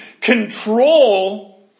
control